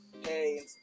hey